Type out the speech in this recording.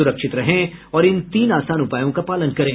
सुरक्षित रहें और इन तीन आसान उपायों का पालन करें